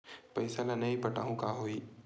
पईसा ल नई पटाहूँ का होही?